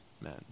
men